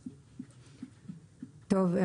טוב,